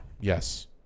yes